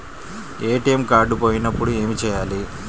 ATM card పోయినప్పుడు ఏమి చేయాలి?